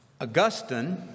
Augustine